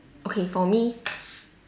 okay for me